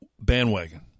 bandwagon